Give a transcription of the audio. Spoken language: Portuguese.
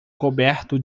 coberto